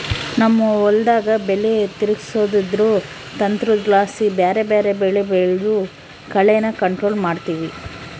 ನಮ್ ಹೊಲುದಾಗ ಬೆಲೆ ತಿರುಗ್ಸೋದ್ರುದು ತಂತ್ರುದ್ಲಾಸಿ ಬ್ಯಾರೆ ಬ್ಯಾರೆ ಬೆಳೆ ಬೆಳ್ದು ಕಳೇನ ಕಂಟ್ರೋಲ್ ಮಾಡ್ತಿವಿ